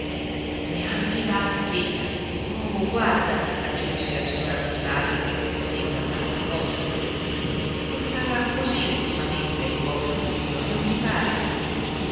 e anche i baffi oh guarda aggiunse la signora consalvi senza farlo apposta i portava così ultimamente il povero giulio non ti pare